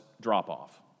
drop-off